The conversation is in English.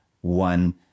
one